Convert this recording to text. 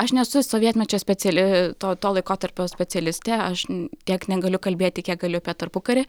aš nesu sovietmečio speciali to laikotarpio specialistė aš tiek negaliu kalbėti kiek galiu apie tarpukarį